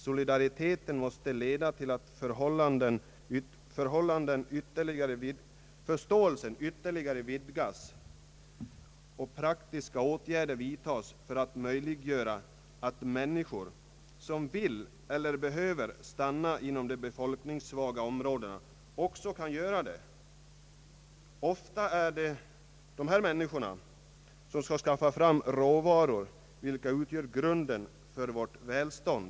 Solidariteten måste leda till att förståelsen ytterligare vidgas och praktiska åtgärder vidtages för att möjliggöra att människor som vill eller behöver stanna inom de befolkningssvaga områdena också kan göra det. Ofta är det dessa människor som skall skaffa fram de råvaror vilka utgör grunden för vårt välstånd.